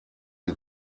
die